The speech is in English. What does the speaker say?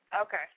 Okay